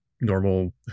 normal